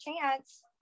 chance